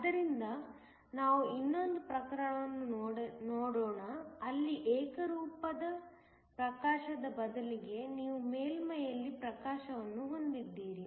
ಆದ್ದರಿಂದ ನಾವು ಇನ್ನೊಂದು ಪ್ರಕರಣವನ್ನು ನೋಡೋಣ ಅಲ್ಲಿ ಏಕರೂಪದ ಪ್ರಕಾಶದ ಬದಲಿಗೆ ನೀವು ಮೇಲ್ಮೈಯಲ್ಲಿ ಪ್ರಕಾಶವನ್ನು ಹೊಂದಿದ್ದೀರಿ